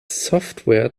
software